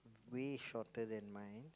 way shorter than mine